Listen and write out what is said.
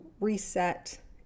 reset